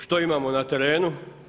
Što imamo na terenu?